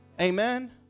Amen